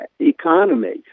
economy